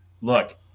Look